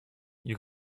you